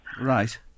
Right